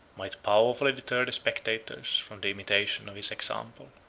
might powerfully deter the spectators from the imitation of his example.